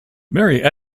merry